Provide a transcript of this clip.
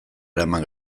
eraman